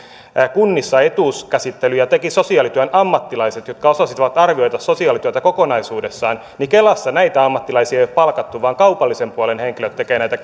kunnissa etuuskäsittelyjä tekivät sosiaalityön ammattilaiset jotka osasivat arvioida sosiaalityötä kokonaisuudessaan niin kelassa näitä ammattilaisia ei ole palkattu vaan kaupallisen puolen henkilöt tekevät näitä